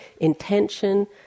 intention